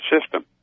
system